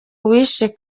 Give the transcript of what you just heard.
uwishe